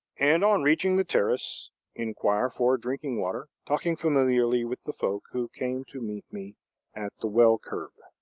and on reaching the terrace inquire for drinking water, talking familiarly with the folk who came to meet me at the well-curb.